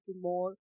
more